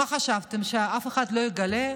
מה חשבתם, שאף אחד לא יגלה?